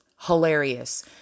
Hilarious